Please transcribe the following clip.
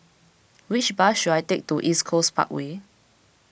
which bus should I take to East Coast Parkway